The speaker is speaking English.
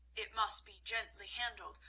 it must be gently handled,